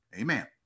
amen